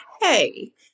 hey